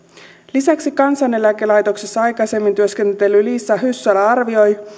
lisäksi kansaneläkelaitoksessa aikaisemmin työskennellyt liisa hyssälä arvioi